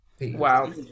Wow